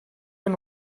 and